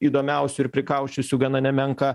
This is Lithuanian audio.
įdomiausių ir prikausčiusių gana nemenką